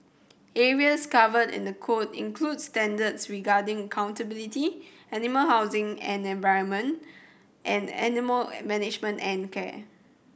areas covered in the code include standards regarding animal housing and environment and animal management and care